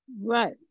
Right